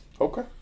Okay